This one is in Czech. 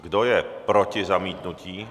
Kdo je proti zamítnutí?